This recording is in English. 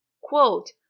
Quote